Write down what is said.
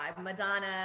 Madonna